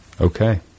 Okay